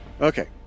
Okay